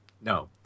no